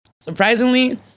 surprisingly